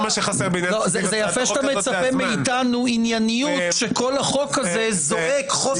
זה יפה שאתה מצפה מאיתנו ענייניות כשכל החוק הזה זועק חוסר ענייניות.